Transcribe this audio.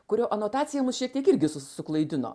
kurio anotacija mus šiek tiek irgi suklaidino